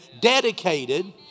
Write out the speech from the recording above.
dedicated